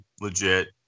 legit